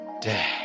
day